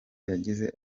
yagize